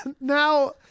now